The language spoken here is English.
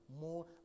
more